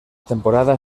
temporada